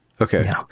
Okay